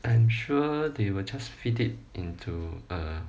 I am sure they will just feed it into a